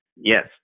Yes